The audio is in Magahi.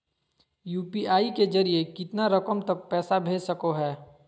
यू.पी.आई के जरिए कितना रकम तक पैसा भेज सको है?